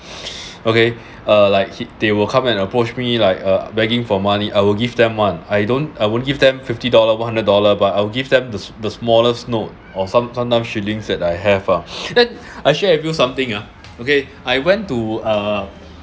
okay uh like h~ they will come and approach me like uh begging for money I will give them [one] I don't I wouldn't give them fifty dollar one hundred dollar but I'll give them the the smallest note or some sometime shillings that I have ah then I shared with you something ah okay I went to uh